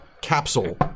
capsule